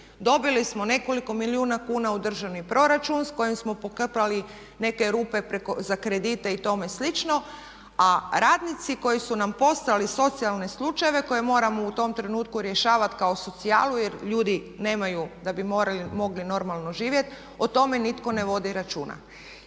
Dobili smo nekoliko milijuna kuna u državni proračun s kojim smo pokrpali neke rupe za kredite i tome slično, a radnici koji su nam postali socijalni slučaj, koje moramo u tom trenutku rješavati kao socijalu jer ljudi nemaju da bi mogli normalno živjet o tome nitko ne vodi računa.